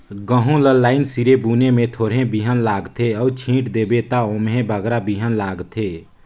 गहूँ ल लाईन सिरे बुने में थोरहें बीहन लागथे अउ छींट देबे ता ओम्हें बगरा बीहन लागथे